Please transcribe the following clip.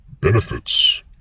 benefits